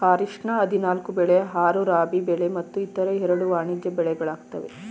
ಖಾರಿಫ್ನ ಹದಿನಾಲ್ಕು ಬೆಳೆ ಆರು ರಾಬಿ ಬೆಳೆ ಮತ್ತು ಇತರ ಎರಡು ವಾಣಿಜ್ಯ ಬೆಳೆಗಳಾಗಯ್ತೆ